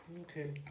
Okay